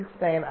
539 0